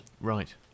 Right